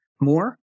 more